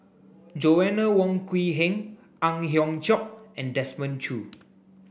Joanna Wong Quee Heng Ang Hiong Chiok and Desmond Choo